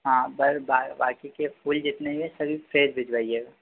हाँ पर बाकी के फूल जितने भी है सभी फ्रेस भिजवाइएगा